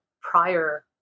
prior